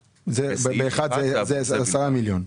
בסעיף 1 זה --- זה 10 מיליון?